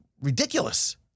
ridiculous